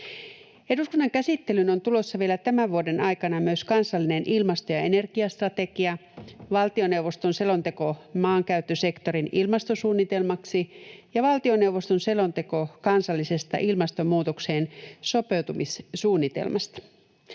Eduskunnan käsittelyyn on tulossa vielä tämän vuoden aikana myös kansallinen ilmasto- ja energiastrategia, valtioneuvoston selonteko maankäyttösektorin ilmastosuunnitelmaksi ja valtioneuvoston selonteko kansallisesta ilmastonmuutokseensopeutumissuunnitelmasta.